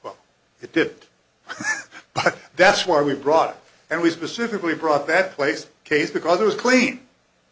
friendship it did that's why we brought it up and we specifically brought that place case because it was clean